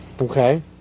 Okay